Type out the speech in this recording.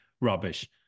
rubbish